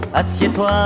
Assieds-toi